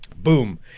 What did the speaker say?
Boom